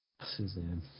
Suzanne